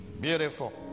Beautiful